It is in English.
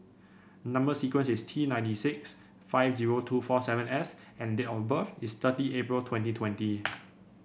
number sequence is T ninety six five zero two four seven S and date of birth is thirty April twenty twenty